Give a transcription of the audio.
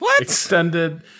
extended